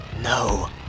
No